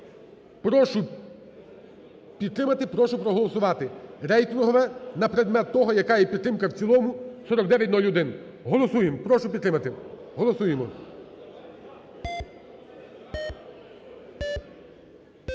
Прошу підтримати, прошу проголосувати. Рейтингове на предмет того і яка є підтримка в цілому, 4901. Голосуємо, прошу підтримати, голосуємо.